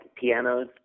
pianos